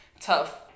tough